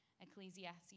Ecclesiastes